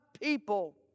people